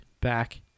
back